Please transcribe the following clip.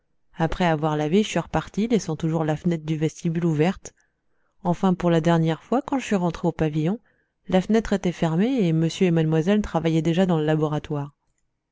après avoir lavé je suis reparti laissant toujours la fenêtre du vestibule ouverte enfin pour la dernière fois quand je suis rentré au pavillon la fenêtre était fermée et monsieur et mademoiselle travaillaient déjà dans le laboratoire